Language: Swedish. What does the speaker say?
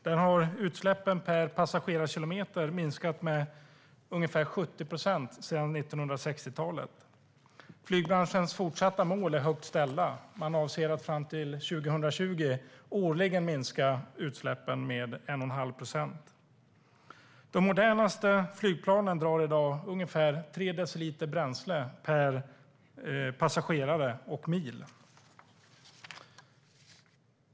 Där har utsläppen per passagerarkilometer minskat med ungefär 70 procent sedan 1960-talet. Flygbranschens fortsatta mål är högt ställda. Man avser att fram till 2020 årligen minska utsläppen med 1 1⁄2 procent. De modernaste flygplanen drar i dag ungefär 3 deciliter bränsle per passagerare och mil.